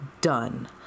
done